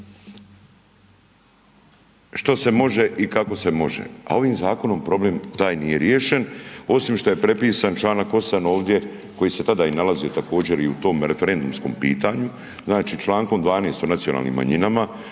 što se može i kako se može. A ovim zakonom problem taj nije riješen osim što je prepisan članak 8. ovdje koji se tada i nalazio također i u tom referendumskom pitanju. Znači člankom 12. o nacionalnim manjinama